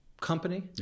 company